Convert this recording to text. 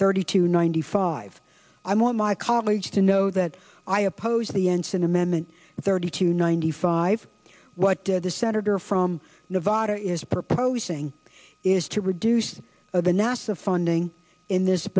thirty two ninety five i want my colleagues to know that i oppose the ensign amendment thirty to ninety five what did the senator from nevada is proposing is to reduce of the nasa funding in this